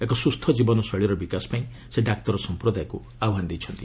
ଏକ ସୁସ୍ଥ ଜୀବନ ଶୈଳୀର ବିକାଶ ପାଇଁ ସେ ଡାକ୍ତର ସଂପ୍ରଦାୟକୁ ଆହ୍ନାନ ଦେଇଛନ୍ତି